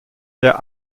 der